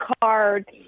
card